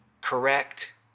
correct